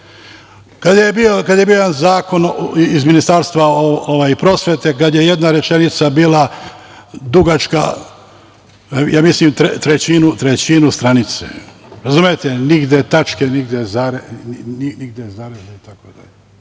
kad je bio jedan zakon iz Ministarstva prosvete, kad je jedna rečenica bila dugačka, ja mislim, trećinu stranice. Razumete? Nigde tačke, nigde zareza, itd.